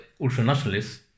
ultra-nationalists